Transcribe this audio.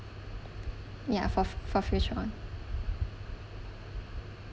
ya for for future [one]